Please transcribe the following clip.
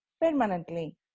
permanently